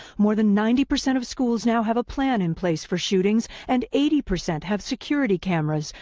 more than ninety percent of schools now have a plan in place for shootings, and eighty percent have security cameras,